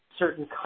certain